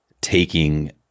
taking